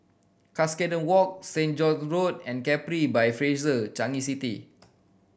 Cuscaden Walk Saint George Road and Capri by Fraser Changi City